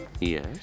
Yes